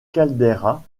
caldeira